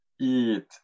eat